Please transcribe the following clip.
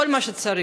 כל מה שצריך.